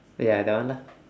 ya that one lah